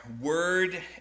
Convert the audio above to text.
word